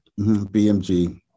BMG